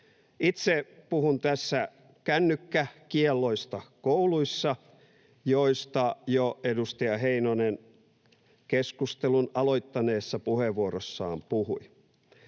Itse puhun tässä kännykkäkielloista kouluissa, joista jo edustaja Heinonen keskustelun aloittaneessa puheenvuorossaan puhui.